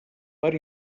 per